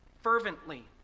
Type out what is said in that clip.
fervently